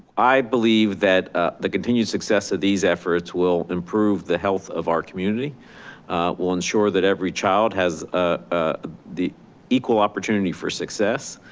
i believe that ah the continued success of these efforts will improve the health of our community will ensure that every child has ah the equal opportunity for success.